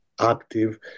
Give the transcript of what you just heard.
active